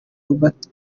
lambert